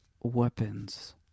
weapons